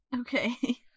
Okay